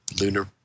lunar